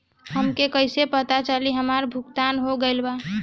हमके कईसे पता चली हमार भुगतान हो गईल बा?